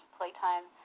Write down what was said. Playtime